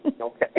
Okay